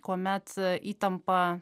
kuomet įtampa